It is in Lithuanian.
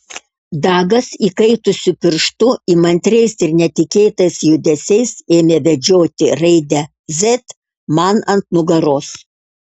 dagas įkaitusiu pirštu įmantriais ir netikėtais judesiais ėmė vedžioti raidę z man ant nugaros